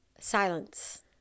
silence